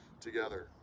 together